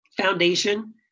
foundation